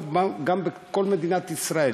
טוב גם בכל מדינת ישראל.